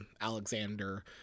Alexander